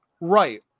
right